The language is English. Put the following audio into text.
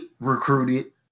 recruited